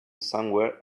somewhere